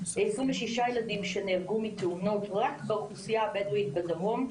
26 ילדים שנהרגו בתאונות רק באוכלוסייה הבדואית בדרום.